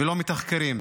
ולא מתחקרים.